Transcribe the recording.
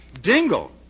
Dingle